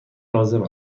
لازم